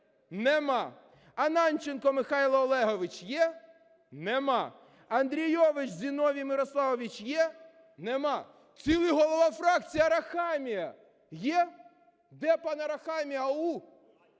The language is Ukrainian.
Нема. Ананченко Михайло Олегович є? Нема. Андрійович Зіновій Мирославович є? Нема. Цілий голова фракції Арахамія є? Де пан Арахамія? А-у!